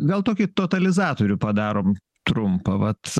gal tokį totalizatorių padarom trumpą vat